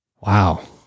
Wow